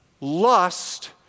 lust